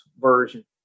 version